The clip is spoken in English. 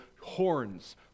horns